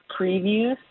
previews